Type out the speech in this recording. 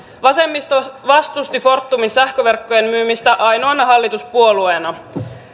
vasemmisto vastusti fortumin sähköverkkojen myymistä ainoana hallituspuolueena